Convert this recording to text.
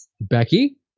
Becky